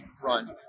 front